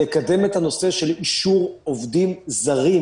לקדם את הנושא של אישור עובדים זרים